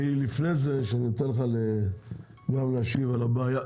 לפני שאני אתן לך גם להשיב על הבעיה.